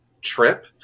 trip